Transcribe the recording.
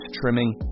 trimming